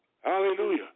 Hallelujah